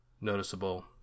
noticeable